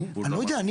אני לא יודע,